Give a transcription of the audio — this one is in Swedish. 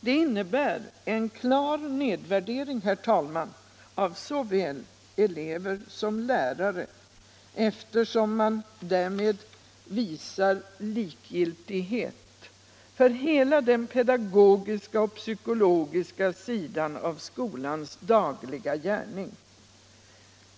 Det innebär en klar nedvärdering, herr talman, av såväl elever som lärare, eftersom man därmed visar likgiltighet för hela den pedagogiska och psykologiska sidan av skolans dagliga gärning.